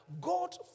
God